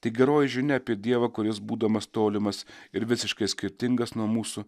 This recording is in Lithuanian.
tik geroji žinia apie dievą kuris būdamas tolimas ir visiškai skirtingas nuo mūsų